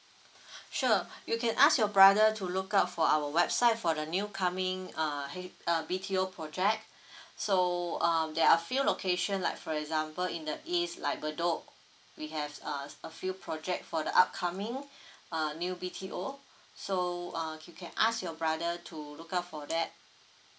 sure you can ask your brother to look out for our website for the new coming uh H~ uh B_T_O project so um there are few location like for example in the east like bedok we have uh a few project for the upcoming uh new B_T_O so uh you can ask your brother to look out for that